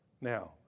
Now